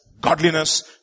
godliness